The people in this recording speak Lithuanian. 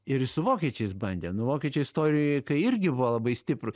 ir jis su vokiečiais bandė nu vokiečiai istorikai irgi buvo labai stiprūs